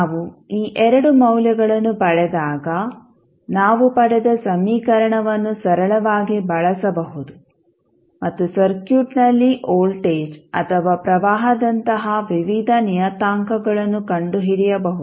ನಾವು ಈ ಎರಡು ಮೌಲ್ಯಗಳನ್ನು ಪಡೆದಾಗ ನಾವು ಪಡೆದ ಸಮೀಕರಣವನ್ನು ಸರಳವಾಗಿ ಬಳಸಬಹುದು ಮತ್ತು ಸರ್ಕ್ಯೂಟ್ನಲ್ಲಿ ವೋಲ್ಟೇಜ್ ಅಥವಾ ಪ್ರವಾಹದಂತಹ ವಿವಿಧ ನಿಯತಾಂಕಗಳನ್ನು ಕಂಡುಹಿಡಿಯಬಹುದು